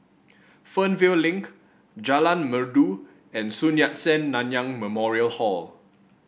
Fernvale Link Jalan Merdu and Sun Yat Sen Nanyang Memorial Hall